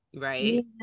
Right